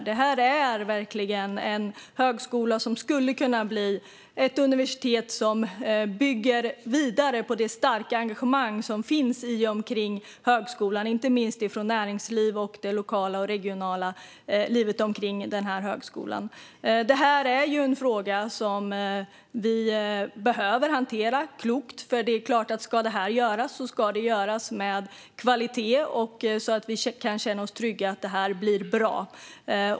Detta är verkligen en högskola som skulle kunna bli ett universitet som bygger vidare på det starka engagemang som finns vid och omkring högskolan, inte minst från näringslivet och det lokala och regionala livet. Det här är en fråga som vi behöver hantera klokt, för det är klart att om detta ska göras ska det ske med kvalitet så att vi kan känna oss trygga med att det blir bra.